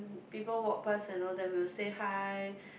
mm people walk pass and all that will say hi